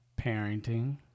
Parenting